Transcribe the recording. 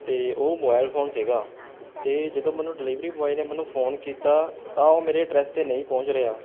ਅਤੇ ਉਹ mobile phone ਸੀ ਅਤੇ ਜਦੋਂ ਮੈਨੂੰ ਡਿਲੀਵਰੀ ਬੋਏ ਨੇ ਮੈਨੂੰ ਫ਼ੋਨ ਕੀਤਾ ਤਾਂ ਉਹ ਮੇਰੇ ਐਡਰੈਸ 'ਤੇ ਨਹੀਂ ਪਹੁੰਚ ਰਿਹਾ